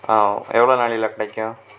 எவ்வளோ நாழியில் கிடைக்கும்